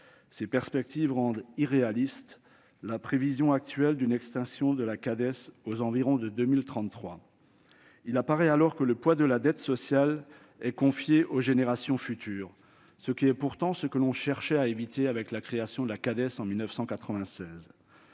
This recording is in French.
Ces perspectives rendent irréaliste la prévision actuelle d'une extinction de la Cades aux environs de 2033. Il apparaît alors que le poids de la dette sociale est confié aux générations futures, ce que l'on cherchait pourtant à éviter avec la création de cette caisse en 1996.